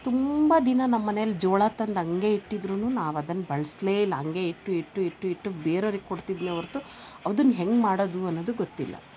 ತುಂಬ ದಿನ ನಮ್ಮ ಮನೇಲಿ ಜೋಳ ತಂದು ಹಂಗೇ ಇಟ್ಟಿದ್ದರೂನು ನಾವು ಅದನ್ನ ಬಳ್ಸ್ಲೇ ಇಲ್ಲ ಹಂಗೇ ಇಟ್ಟು ಇಟ್ಟು ಇಟ್ಟು ಇಟ್ಟು ಬೇರೋರಿಗೆ ಕೊಡ್ತಿದ್ನೆ ಹೊರ್ತು ಅದುನ್ನ ಹೆಂಗೆ ಮಾಡೋದು ಅನ್ನೋದು ಗೊತ್ತಿಲ್ಲ